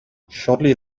shortly